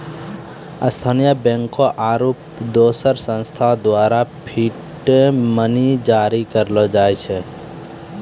स्थानीय बैंकों आरू दोसर संस्थान द्वारा फिएट मनी जारी करलो जाय छै